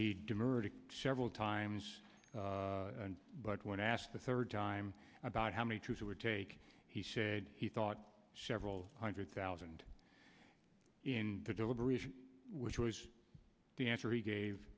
demurred several times but when asked the third time about how many troops were take he said he thought several hundred thousand in the delivery which was the answer he gave